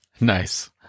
Nice